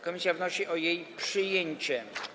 Komisja wnosi o jej przyjęcie.